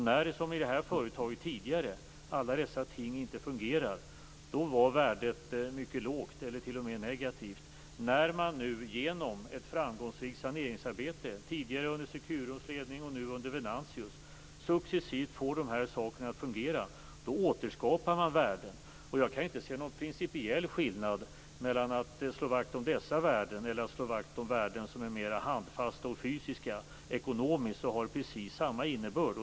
När dessa ting tidigare inte fungerade i detta företag var värdet mycket lågt eller t.o.m. negativt. När man nu genom ett framgångsrikt saneringsarbete - tidigare under Securums ledning och nu under Venantius - successivt får de här sakerna att fungera återskapar man värden. Jag kan inte se någon principiell skillnad mellan att slå vakt om dessa värden eller att slå vakt om värden som är mera handfasta och fysiska. Ekonomiskt har det precis samma innebörd.